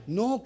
no